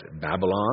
Babylon